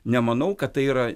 nemanau kad tai yra